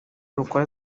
rukora